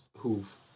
who've